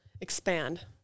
expand